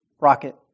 rocket